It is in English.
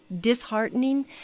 disheartening